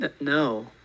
No